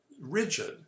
rigid